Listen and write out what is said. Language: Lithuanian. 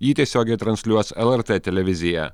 jį tiesiogiai transliuos lrt televizija